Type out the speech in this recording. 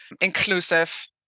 inclusive